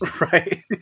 Right